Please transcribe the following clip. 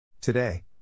Today